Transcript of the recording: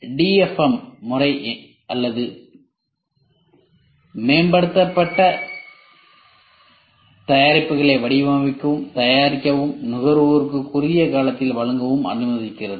DFM முறை புதிய அல்லது மேம்பட்ட தயாரிப்புகளை வடிவமைக்கவும் தயாரிக்கவும் நுகர்வோருக்கு குறுகிய காலத்தில் வழங்கவும் அனுமதிக்கிறது